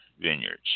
Vineyards